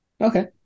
Okay